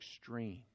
extreme